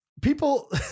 people